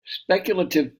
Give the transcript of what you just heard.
speculative